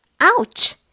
Ouch